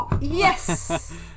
Yes